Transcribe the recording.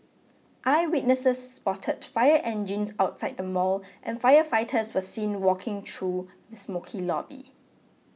eyewitnesses spotted fire engines outside the mall and firefighters were seen walking through the smokey lobby